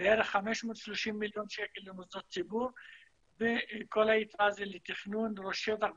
בערך 530 מיליון שקל למוסדות ציבור וכל היתרה זה לתכנון השטח ותשתיות.